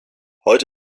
heute